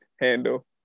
handle